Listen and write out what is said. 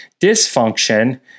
dysfunction